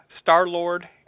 Star-Lord